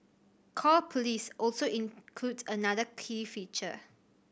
call Police also includes another key feature